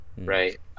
right